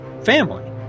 family